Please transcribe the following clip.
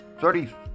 sorry